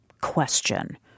question